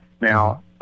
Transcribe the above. Now